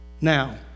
Now